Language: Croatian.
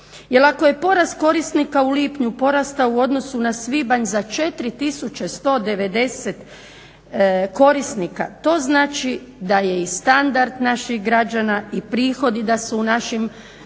ako je porast korisnika u lipnju porastao u odnosu na svibanj za 4190 korisnika to znači da je i standard naših građana i prihodi da su u našim